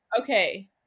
Okay